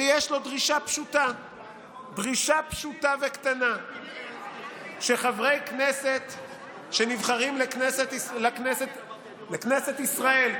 שיש לו דרישה פשוטה וקטנה: שחברי כנסת שנבחרים לכנסת ישראל,